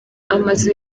amazu